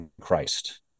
Christ